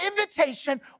invitation